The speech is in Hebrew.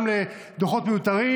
גם לדוחות מיותרים,